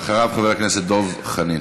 אחריו, חבר הכנסת דב חנין.